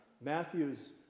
Matthew's